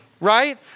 Right